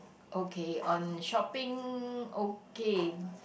okay on shopping okay